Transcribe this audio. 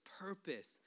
purpose